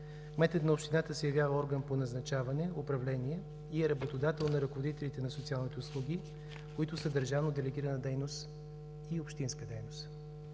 Кметът на общината се явява орган по назначаване, управление и е работодател на ръководителите на социалните услуги, които са държавно делегирана дейност и общинска дейност.